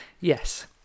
yes